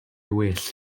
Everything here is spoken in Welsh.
well